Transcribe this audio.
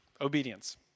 obedience